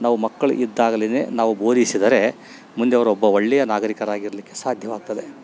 ನಾವು ಮಕ್ಕಳು ಇದ್ದಾಗ್ಲೆ ನಾವು ಬೋಧಿಸಿದರೆ ಮುಂದೆ ಅವ್ರು ಒಬ್ಬ ಒಳ್ಳೆಯ ನಾಗರೀಕರಾಗಿರಲಿಕ್ಕೆ ಸಾಧ್ಯವಾಗ್ತದೆ